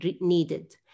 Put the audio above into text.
needed